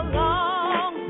long